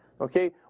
Okay